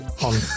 on